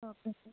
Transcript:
okay sir